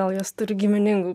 gal jos turi giminingų